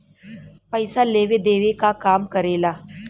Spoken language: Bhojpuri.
पइसा लेवे देवे क काम करेला